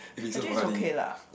actually is okay lah